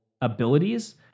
abilities